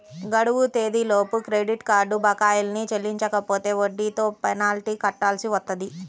గడువు తేదీలలోపు credit card బకాయిల్ని చెల్లించకపోతే వడ్డీతో పెనాల్టీ కట్టాల్సి వత్తది